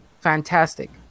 fantastic